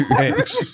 Thanks